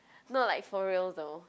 no like for real though